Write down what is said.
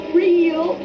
real